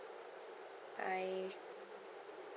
bye